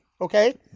Okay